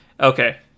Okay